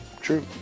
True